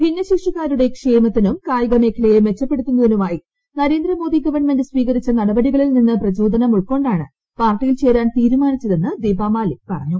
ഭിന്നശേഷിക്കാരുടെ ക്ഷേമത്തിനും കായികമേഖലയെ മെച്ചപ്പെടുത്തുന്നതിനുമായി നരേന്ദ്രമോദി ഗവൺമെന്റ് സ്വീകരിച്ച നടപടികളിൽ നിന്ന് പ്രചോദനം ഉൾക്കൊ ാണ് പാർട്ടിയിൽ ചേരാൻ തീരുമാനിച്ചതെന്ന് ദീപാ മാലിക് പറഞ്ഞു